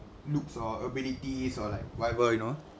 looks or abilities or like whatever you know